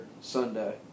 Sunday